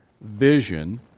vision